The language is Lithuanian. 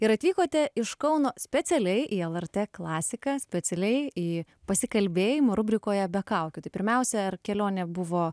ir atvykote iš kauno specialiai į lrt klasiką specialiai į pasikalbėjimą rubrikoje be kaukių tai pirmiausia ar kelionė buvo